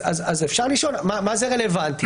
אז אפשר לשאול: מה זה רלוונטי?